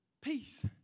Peace